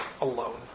alone